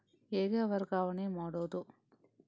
ಹೇಗೆ ವರ್ಗಾವಣೆ ಮಾಡುದು?